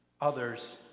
others